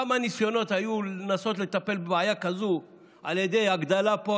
כמה ניסיונות היו לטפל בבעיה כזאת על ידי הגדלה פה,